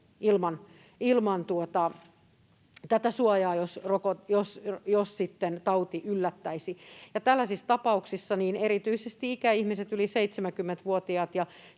ilman tätä suojaa, jos sitten tauti yllättäisi. Tällaisissa tapauksissa erityisesti ikäihmiset, yli 70-vuotiaat,